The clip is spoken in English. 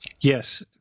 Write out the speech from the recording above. Yes